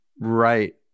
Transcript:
Right